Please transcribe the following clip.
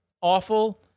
awful